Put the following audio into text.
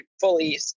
fully